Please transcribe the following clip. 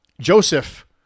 Joseph